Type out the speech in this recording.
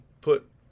put